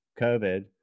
COVID